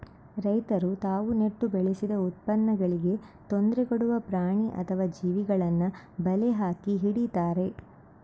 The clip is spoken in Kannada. ರೈತರು ತಾವು ನೆಟ್ಟು ಬೆಳೆಸಿದ ಉತ್ಪನ್ನಗಳಿಗೆ ತೊಂದ್ರೆ ಕೊಡುವ ಪ್ರಾಣಿ ಅಥವಾ ಜೀವಿಗಳನ್ನ ಬಲೆ ಹಾಕಿ ಹಿಡೀತಾರೆ